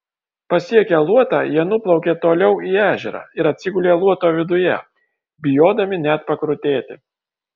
pasiekę luotą jie nuplaukė toliau į ežerą ir atsigulė luoto viduje bijodami net pakrutėti